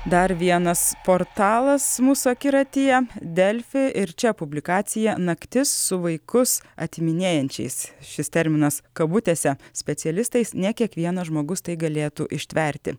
dar vienas portalas mūsų akiratyje delfi ir čia publikacija naktis su vaikus atiminėjančiais šis terminas kabutėse specialistais ne kiekvienas žmogus tai galėtų ištverti